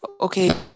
Okay